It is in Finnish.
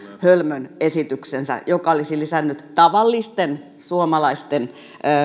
hölmön esityksensä joka olisi lisännyt tavallisten suomalaisten